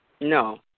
No